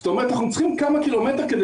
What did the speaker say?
זאת אומרת אנחנו צריכים כמה קילומטרים כדי